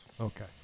Okay